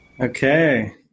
Okay